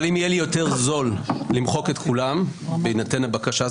אבל אם יהיה לי יותר זול למחוק את כולם בהינתן הבקשה,